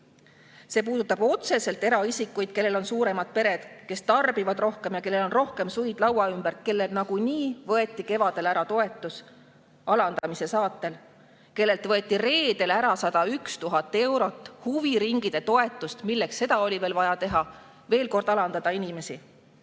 See puudutab otseselt eraisikuid, kellel on suuremad pered, kes tarbivad rohkem ja kellel on rohkem suid laua ümber, kellelt kevadel võeti alandamise saatel toetus ära, kellelt võeti reedel ära 101 000 eurot huviringide toetust. Milleks seda oli veel vaja teha, veel kord alandada inimesi!?